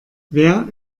wer